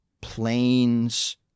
planes